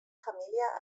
família